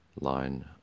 line